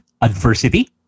adversity